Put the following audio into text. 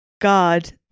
God